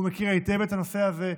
הוא מכיר היטב את הנושא הזה,